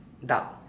duck